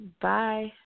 Bye